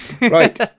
Right